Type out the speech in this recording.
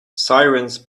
sirens